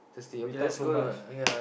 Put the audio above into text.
we talk so much